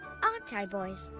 aren't i boys?